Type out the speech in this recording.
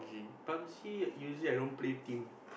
Pub-g usually I don't play team